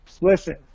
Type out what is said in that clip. listen